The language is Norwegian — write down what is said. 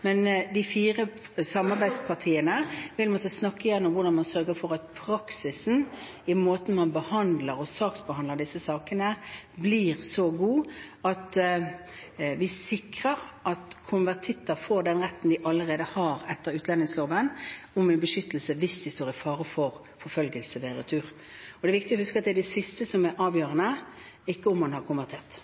men de fire samarbeidspartiene vil måtte snakke igjennom hvordan man sørger for at praksisen i måten man behandler og saksbehandler disse sakene på, blir så god at vi sikrer at konvertitter får den retten til beskyttelse de allerede har etter utlendingsloven, hvis de står i fare for forfølgelse ved retur. Det er viktig å huske at det er det siste som er avgjørende, ikke om man har konvertert.